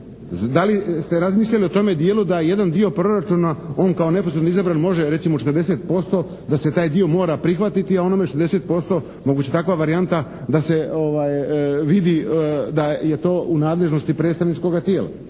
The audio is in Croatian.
Da li ste razmišljali u tome dijelu da jedan dio proračun on kao neposredno izabran recimo može 40% da se taj dio mora prihvatiti a onome 60%, moguća je takva varijanta da se vidi da je to u nadležnosti predstavničkoga tijela.